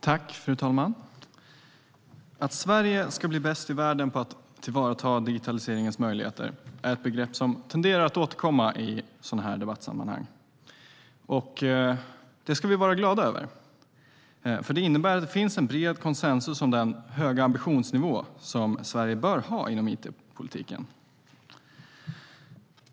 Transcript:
Fru talman! Att Sverige ska bli bäst i världen på att tillvarata digitaliseringens möjligheter är något som tenderar att återkomma i sådana här debattsammanhang. Det ska vi vara glada över, för det innebär att det finns en bred konsensus om den höga ambitionsnivå som Sverige bör ha inom itpolitiken.